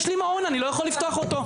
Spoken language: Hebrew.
יש לי מעון אני לא יכול לפתוח אותו.